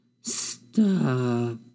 Stop